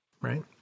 right